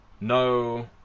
no